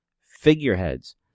figureheads